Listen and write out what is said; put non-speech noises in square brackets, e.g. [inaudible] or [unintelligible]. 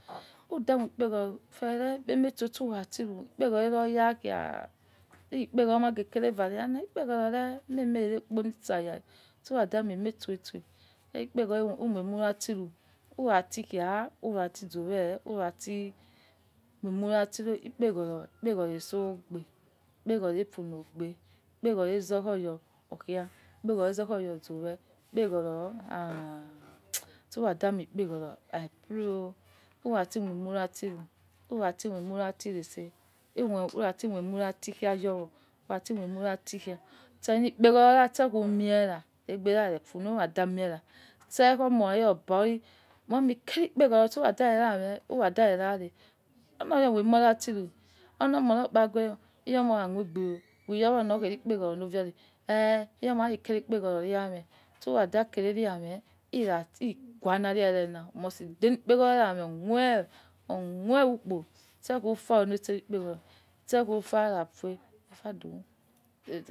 Uda mio ekpeghoro efe re eme soso umatiru ikpeghoro airo ya kha. ikhi ikpeghoro mai kere va'ala ikpeghoro re emenie re kpo saya suida mie soso, [unintelligible] umire mu ratiru, uratikhai urati zowe umie uiurati rati ru ikpeghoro ikpeghoro iso gbe ikpeghoro efulogbe. Ikpeghoro loze oya okhai ikpeghoro loze oya ozowe ikpeghoro [hesitation] [noise] suwa dame ikpeghoro i pray urati mie mie ratiru. Umie hurati ese urati mere mu khai rewo, urati mie mu rati khai rewo, urati mie mu rati khai itse ili lkpeghowora, itse khymiera. legbe khaire fulere uwada mera itse omo khairo ba li, taumuny ikere ikpegho suwa da rera aime. Uwa dare rare olowa mie mo ratiru omo rukpare ghuere iyome akhuegbe ghui iyo wena oghe ri ikpegho lo'oyori iyoma aikere ikpeghoro re'ame suwa adekere ikpegho re' ame ' ighuana re' ena uinust rele kpegho okhue okhue ukpo itse upha ro aili kpeghoro itse ghu upha ra fue. [unintelligible]